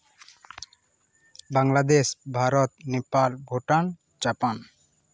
Bangladesh Bharat Nepal Bhutan Japan